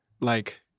like-